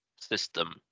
system